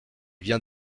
vient